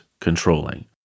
controlling